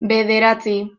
bederatzi